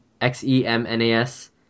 X-E-M-N-A-S